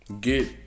get